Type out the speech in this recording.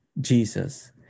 Jesus